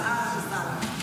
אבל אהלן וסהלן.